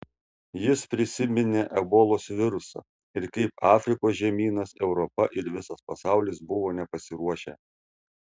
jis prisiminė ebolos virusą ir kaip afrikos žemynas europa ir visas pasaulis buvo nepasiruošę